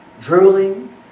drooling